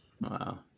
wow